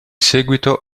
seguito